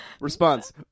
Response